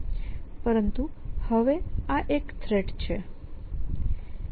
પરંતુ હવે આ એક થ્રેટ છે